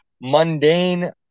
mundane